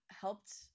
helped